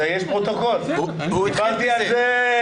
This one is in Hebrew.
יש פרוטוקול, דיברתי על זה.